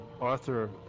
Arthur